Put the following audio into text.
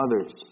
others